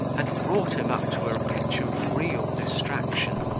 had wrought him up to a pitch of real distraction.